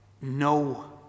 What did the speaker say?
No